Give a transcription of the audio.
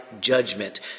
judgment